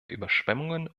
überschwemmungen